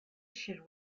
should